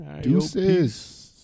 Deuces